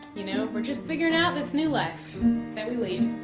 you know, we're just figurin' out this new life that we lead.